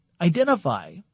identify